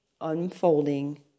unfolding